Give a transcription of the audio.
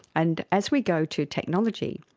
and as we go to technology,